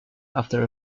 after